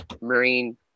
marine